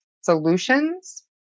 solutions